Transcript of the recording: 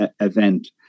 event